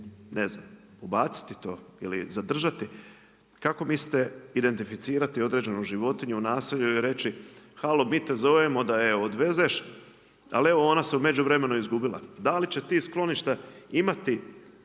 ne znam, ubaciti to ili zadržati. Kako mislite identificirati određenu životinju i reći, halo mi te zovemo da je odvezeš, ali evo ona se u međuvremenu izgubila. Da li će ta skloništa imati